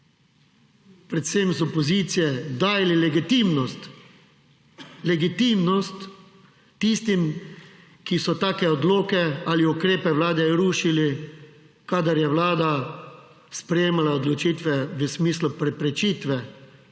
predvsem iz opozicije, dajali legitimnost tistim, ki so take odloke ali ukrepe Vlade rušili, kadar je Vlada sprejemala odločitve v smislu preprečitve